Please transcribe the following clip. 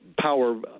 power